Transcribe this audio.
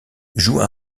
joue